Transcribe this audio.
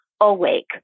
awake